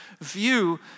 view